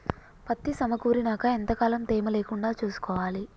పత్తి సమకూరినాక ఎంత కాలం తేమ లేకుండా చూసుకోవాలి?